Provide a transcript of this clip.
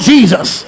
Jesus